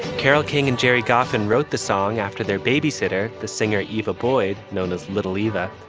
carole king and gerry goffin wrote the song after their baby sitter, the singer iva boyd, known as little eeva,